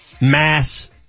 mass